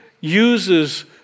uses